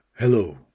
Hello